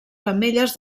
femelles